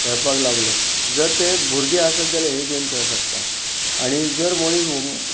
खेळपाक लागलो जर ते भुरगें आसत जाल्यार हे गेम खेळूं शकतात आनी जर मनीस होम